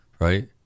right